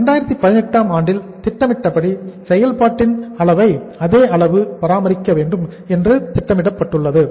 2018 ஆம் ஆண்டில் திட்டமிட்டபடி செயல்பாட்டில் அளவை அதே அளவு பராமரிக்க வேண்டும் என்று திட்டமிடப்பட்டுள்ளது